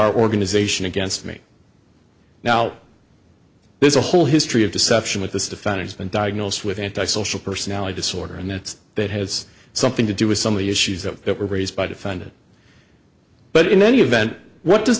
our organization against me now there's a whole history of deception with the stiffeners been diagnosed with antisocial personality disorder and that's that has something to do with some of the issues that were raised by defendant but in any event what does